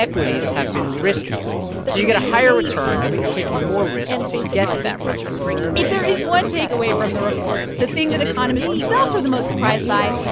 equities have been riskier. so you get a higher return, but you're taking more risk to get that return if there is one takeaway from the report, the thing that economists themselves are the most surprised by,